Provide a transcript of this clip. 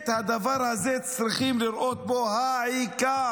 הדבר הזה, צריכים לראות בו העיקר,